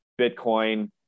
Bitcoin